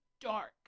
dark